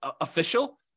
official